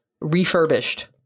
refurbished